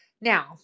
Now